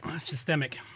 Systemic